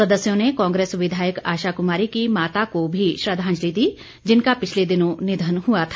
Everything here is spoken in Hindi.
सदस्यों ने कांग्रेस विधायक आशा कुमारी की माता को भी श्रद्वांजलि दी जिनका पिछले दिनों निधन हुआ था